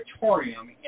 auditorium